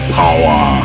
power